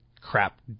crap